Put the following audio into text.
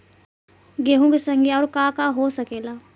गेहूँ के संगे आऊर का का हो सकेला?